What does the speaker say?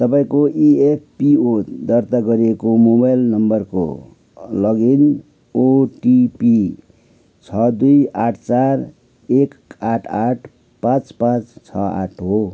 तपाईँँको E F P O दर्ता गरिएको मोबाइल नम्बरको लगइन ओटिपी छ दुई आठ चार एक आठ आठ पाँच पाँच छ आठ हो